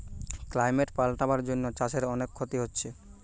climate পাল্টাবার জন্যে চাষের অনেক ক্ষতি হচ্ছে